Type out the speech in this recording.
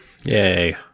Yay